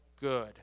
good